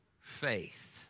faith